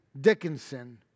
Dickinson